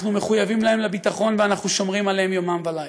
אנחנו מחויבים להם לביטחון ואנחנו שומרים עליהם יומם ולילה,